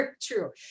true